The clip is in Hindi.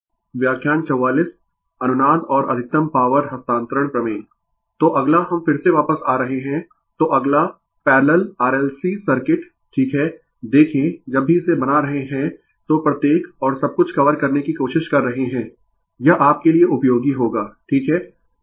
Fundamentals of Electrical Engineering Prof Debapriya Das Department of Electrical Engineering Indian institute of Technology Kharagpur व्याख्यान 44 अनुनाद और अधिकतम पॉवर हस्तांतरण प्रमेय तो अगला हम फिर से वापस आ रहे है तो अगला पैरलल RLC सर्किट ठीक है देखें जब भी इसे बना रहे है तो प्रत्येक और सब कुछ कवर करने की कोशिश कर रहे है यह आपके लिए उपयोगी होगा ठीक है